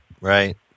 right